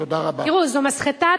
תראו, זו מסחטה,